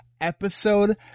Episode